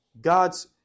God's